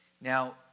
Now